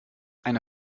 eine